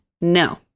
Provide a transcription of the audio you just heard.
No